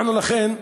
לכן,